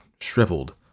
shriveled